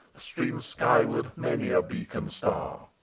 streams skyward many a beacon-star,